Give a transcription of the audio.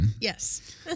Yes